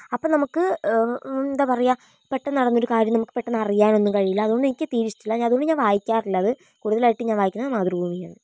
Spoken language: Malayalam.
അപ്പം നമുക്ക് എന്താ പറയുക പെട്ടെന്ന് നടന്നൊരു കാര്യം നമുക്ക് പെട്ടെന്നറിയാനൊന്നും കഴിയില്ല അതുകൊണ്ടെനിക്ക് തീരെ ഇഷ്ടല്ല അതുകൊണ്ട് ഞാനതു വായിക്കാറില്ലത് കൂടുതലായിട്ട് ഞാൻ വായിക്കുന്നത് മാതൃഭൂമിയാണ്